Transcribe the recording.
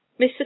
Mr